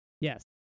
Yes